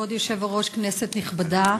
כבוד היושב-ראש, כנסת נכבדה,